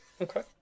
Okay